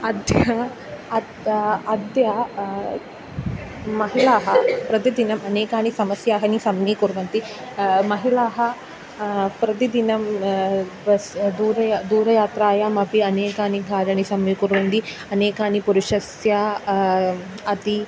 अद्य अतः अद्य महिलाः प्रतिदिनम् अनेकानि समस्याः नि समीकुर्वन्ति महिलाः प्रतिदिनं बस् दूरे दूरयात्रायामपि अनेकानि सम्यक् कुर्वन्ति अनेकानि पुरुषस्य अति